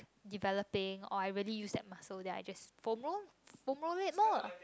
developing or I really use that muscle then I just foam roll foam roll it lah